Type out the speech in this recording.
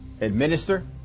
administer